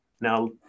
Now